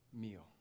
meal